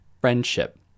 friendship